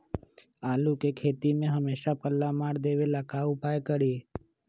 आलू के खेती में हमेसा पल्ला मार देवे ला का उपाय करी?